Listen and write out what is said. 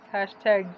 Hashtag